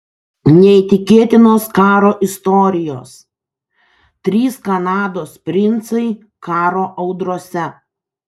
neįtikėtinos karo istorijos trys kanados princai karo audrose